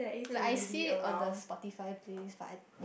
like I see it on the Spotify playlist but I